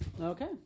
Okay